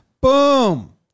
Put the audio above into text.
Boom